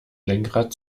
lenkrad